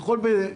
הוא יכול בשניות,